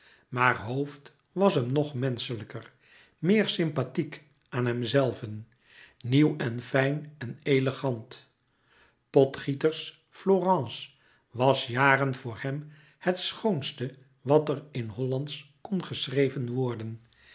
maar hooft was hem nog menschelijker meer sympathiek aan hemzelven nieuw en fijn en elegant potgieters florence was jaren voor hem het schoonste wat er in hollandsch kon geschreven worden